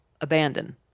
abandon